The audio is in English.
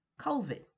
COVID